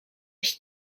jest